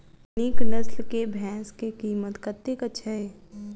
नीक नस्ल केँ भैंस केँ कीमत कतेक छै?